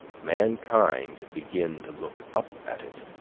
mankind begin to look up at it.